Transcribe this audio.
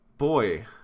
Boy